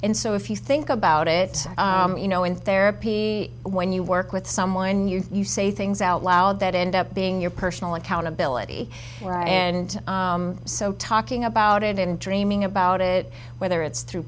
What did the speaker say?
and so if you think about it you know in therapy when you work with someone you you say things out loud that end up being your personal accountability and so talking about it and dreaming about it whether it's through